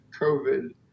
COVID